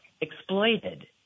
exploited